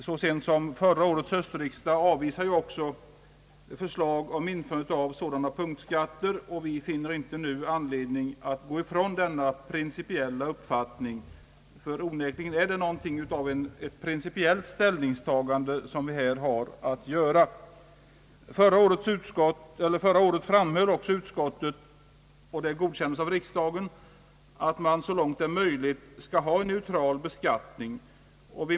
Så sent som vid förra årets höstriksdag avvisades också förslag om införande av sådana punktskatter, och utskottet finner inte anledning att nu gå ifrån denna principiella uppfattning. Onekligen är det något av ett principiellt ställningstagande vi här har att göra. Förra året framhöll utskottet — och det uttalandet godkändes av riksdagen — att vi så långt möjligt bör ha en neutral beskattning.